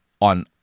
on